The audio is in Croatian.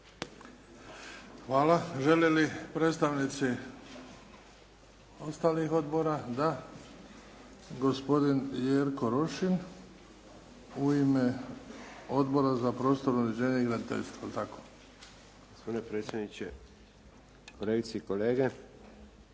Hvala. Žele li predsjednici ostalih odbora? Da. Gospodin Jerko Rošin u ime Odbor za prostorno uređenje i graditeljstvo